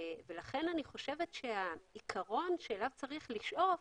לכן אני חושבת שהעיקרון אליו צריך לשאוף